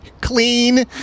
clean